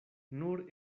nur